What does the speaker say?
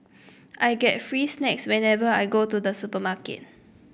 I get free snacks whenever I go to the supermarket